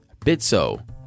Bitso